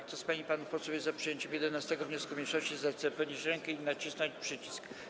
Kto z pań i panów posłów jest za przyjęciem 11. wniosku mniejszości, zechce podnieść rękę i nacisnąć przycisk.